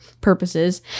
purposes